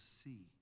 see